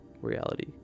reality